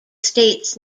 states